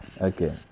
Okay